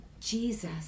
Jesus